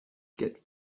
get